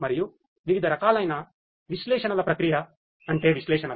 మరియు వివిధ రకాలైన విశ్లేషణల ప్రక్రియ అంటే విశ్లేషణలు